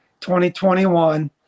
2021